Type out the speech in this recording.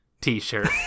T-shirt